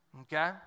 okay